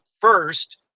first